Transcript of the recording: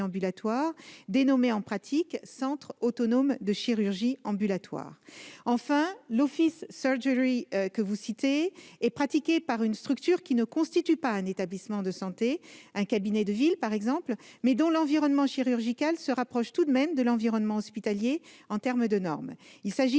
ambulatoire, dénommés en pratique « centres autonomes de chirurgie ambulatoire », constituent un autre modèle. Enfin, que vous évoquez est pratiquée par une structure qui ne constitue pas un établissement de santé- il peut s'agir d'un cabinet de ville, par exemple -, mais dont l'environnement chirurgical se rapproche tout de même de l'environnement hospitalier en termes de normes. Ce modèle